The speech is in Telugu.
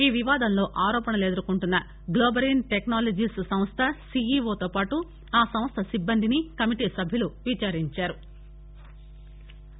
ఈ వివాదంలో ఆరోపణలు ఎదుర్కొంటున్న గ్లోబరీన్ టెక్నాలజీస్ సంస్థ సిఇఓతోపాటు ఆ సంస్థ సిబ్బందిని కమిటీ సభ్యులు విచారించారు